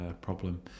problem